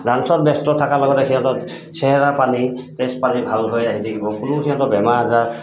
ডান্সত ব্যস্ত থকাৰ লগতে সিহঁতত চেহেৰা পানী তেজ পানী ভাল হৈ আহি থাকিব কোনো সিহঁতৰ বেমাৰ আজাৰ